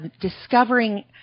discovering